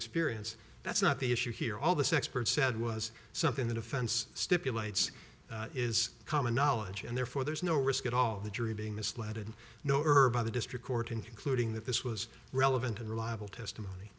experience that's not the issue here all this expert said was something the defense stipulates is common knowledge and therefore there's no risk at all the jury being misled and no herb by the district court in concluding that this was relevant and reliable testimony